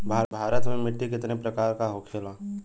भारत में मिट्टी कितने प्रकार का होखे ला?